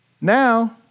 now